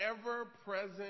ever-present